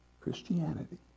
Christianity